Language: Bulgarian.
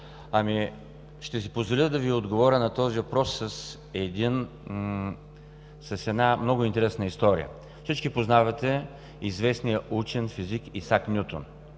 Ще си позволя да Ви отговоря на този въпрос с една много интересна история. Всички познавате известния учен – физик Исак Нютон.